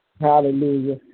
Hallelujah